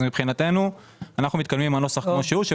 אז מבחינתנו אנחנו מתקדמים עם הנוסח כמו שהוא.